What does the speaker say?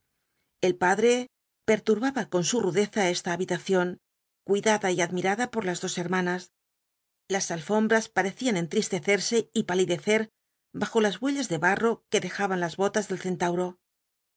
el padre perturbaba con su rudeza esta habitación cuidada y admirada por las dos hermanas las alfombras parecían entristecerse y palidecer bajo las huellas de barro que dejaban las botas del centauro